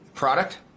product